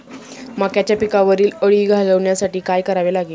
मक्याच्या पिकावरील अळी घालवण्यासाठी काय करावे लागेल?